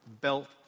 belt